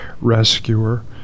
rescuer